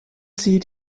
sie